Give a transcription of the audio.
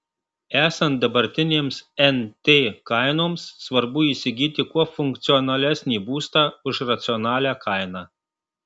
esant dabartinėms nt kainoms svarbu įsigyti kuo funkcionalesnį būstą už racionalią kainą